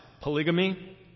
polygamy